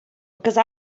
because